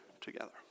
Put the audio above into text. together